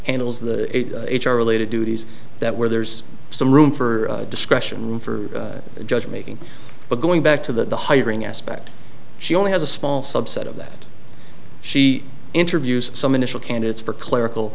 handles the h r related duties that where there's some room for discretion room for judge making but going back to the hiring aspect she only has a small subset of that she interviews some initial candidates for clerical